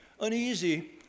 uneasy